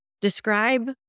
describe